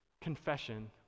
confession